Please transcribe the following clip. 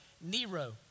Nero